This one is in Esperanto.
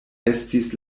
estis